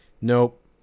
Nope